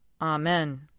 Amen